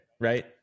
right